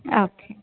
okay